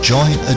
Join